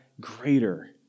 greater